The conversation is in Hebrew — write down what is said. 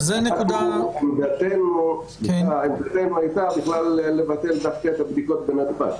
עמדתנו הייתה בכלל לבטל את הבדיקות בנתב"ג.